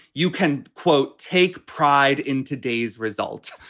you can, quote, take pride in today's results.